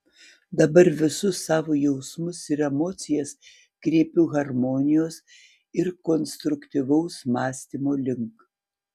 dabar visus savo jausmus ir emocijas kreipiu harmonijos ir konstruktyvaus mąstymo link